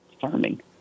farming